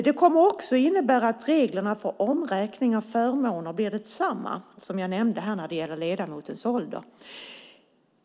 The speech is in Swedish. Det kommer också att innebär att reglerna för omräkning av förmåner blir desamma som jag nämnde här när det gäller ledamotens ålder.